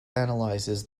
analyzes